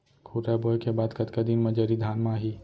खुर्रा बोए के बाद कतका दिन म जरी धान म आही?